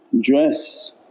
dress